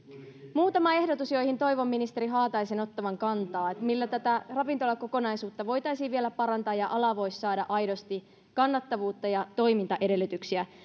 muutama ehdotus joihin toivon ministeri haataisen ottavan kantaa millä tätä ravintolakokonaisuutta voitaisiin vielä parantaa ja ala voisi saada aidosti kannattavuutta ja toimintaedellytyksiä